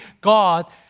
God